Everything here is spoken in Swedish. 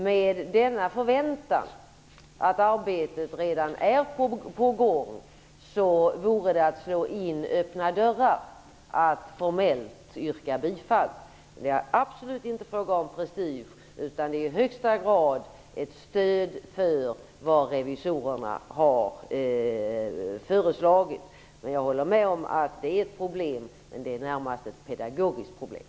Med denna förväntan om att arbetet redan är på gång vore det att slå in öppna dörrar att formellt yrka bifall. Det är absolut inte fråga om prestige, utan det är i högsta grad ett stöd för vad revisorerna har föreslagit. Jag håller med om att det är ett problem, men det är närmast ett pedagogiskt problem.